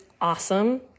awesome